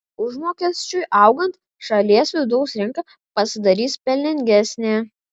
užmokesčiui augant šalies vidaus rinka pasidarys pelningesnė